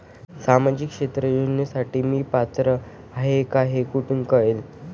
सामाजिक क्षेत्र योजनेसाठी मी पात्र आहे का हे कुठे कळेल?